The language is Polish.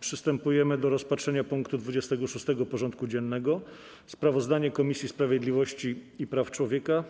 Przystępujemy do rozpatrzenia punktu 26. porządku dziennego: Sprawozdanie Komisji Sprawiedliwości i Praw Człowieka